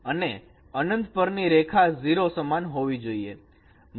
અને અનંત પર ની રેખા 0 સમાન હોવી જોઈએ